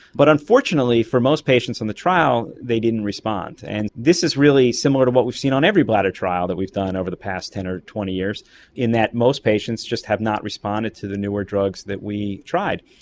but unfortunately for most patients on the trial they didn't respond. and this is really similar to what we've seen on every bladder trial that we've done over the past ten or twenty years in that most patients just have not responded to the newer drugs that we tried.